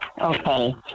Okay